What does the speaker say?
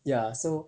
ya so